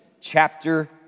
chapter